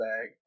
bag